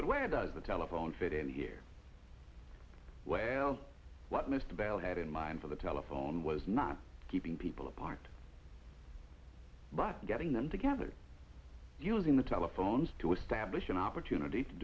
but where does the telephone fit in here well what mr bell had in mind for the telephone was not keeping people apart but getting them together using the telephones to establish an opportunity to